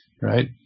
Right